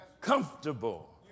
comfortable